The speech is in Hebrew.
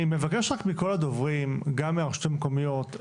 אני מבקש רק מכל הדוברים, גם מהרשויות המקומיות.